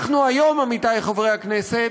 אנחנו היום, עמיתי חברי הכנסת,